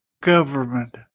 government